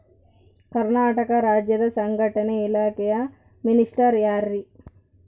ಕರ್ನಾಟಕ ರಾಜ್ಯದ ಸಂಘಟನೆ ಇಲಾಖೆಯ ಮಿನಿಸ್ಟರ್ ಯಾರ್ರಿ?